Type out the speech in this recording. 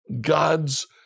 God's